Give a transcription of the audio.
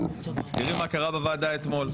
אז תיראי מה קרה בוועדה אתמול.